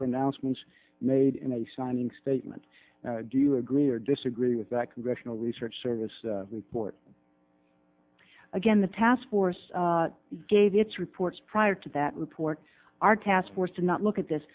pronouncements made in a signing statement do you agree or disagree with that congressional research service report again the task force gave its reports prior to that report our task force did not look at this